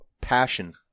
Passion